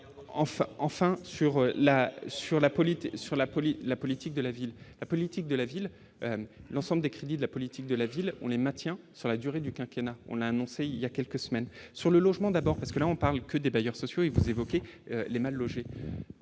ville, la politique de la ville, l'ensemble des crédits de la politique de la ville, on les maintient sur la durée du quinquennat on a annoncé il y a quelques semaines sur le logement d'abord parce que là on parle que des bailleurs sociaux et vous évoquez les mal-logés